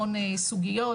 המון סוגיות,